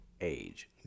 age